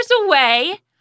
away